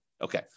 Okay